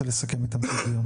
הארץ.